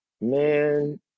Man